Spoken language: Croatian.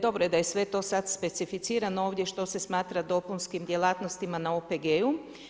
Dobro je da je to sve sad specificirano ovdje što se smatra dopunskim djelatnostima na OPG-u.